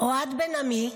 אוהד בן עמי,